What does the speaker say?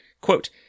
Quote